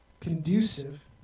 conducive